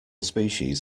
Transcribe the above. species